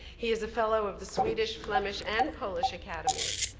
he is a fellow of the swedish, flemish, and polish academies.